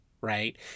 Right